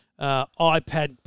iPad